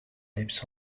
lips